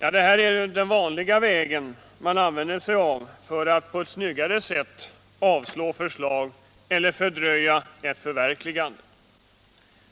Ja, detta är den vanliga vägen man använder sig av för att på ett snyggare sätt avslå förslag eller fördröja ett förverkligande.